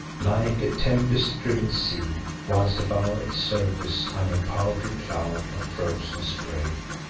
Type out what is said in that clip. like a tempest-driven sea, whilst above its surface hung a powdery cloud of frozen spray.